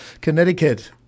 Connecticut